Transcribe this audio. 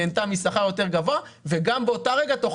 נהנתה משכר יותר גבוה וגם באותו רגע תוכל